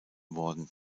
worden